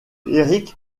eric